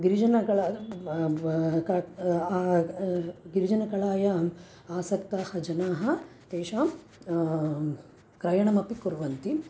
गिरिजनकलाः गिरिजनकलायां आसक्ताः जनाः तेषां क्रयणमपि कुर्वन्ति